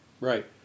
Right